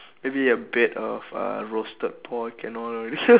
maybe a bed of uh roasted pork and all